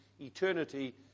Eternity